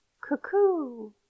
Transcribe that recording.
cuckoo